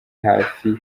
hafi